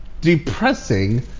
depressing